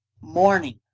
Morning